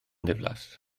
ddiflas